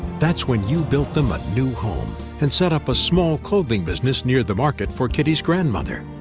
that's when you built them a new home and set up a small clothing business near the market for kitty's grandmother.